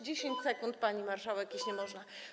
10 sekund, pani marszałek, jeśli można.